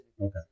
Okay